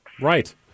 Right